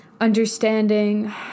Understanding